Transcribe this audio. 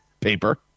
paper